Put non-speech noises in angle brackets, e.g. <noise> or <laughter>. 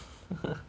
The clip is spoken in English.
<laughs>